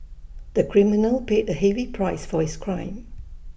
the criminal paid A heavy price for his crime